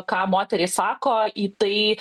ką moteris sako į tai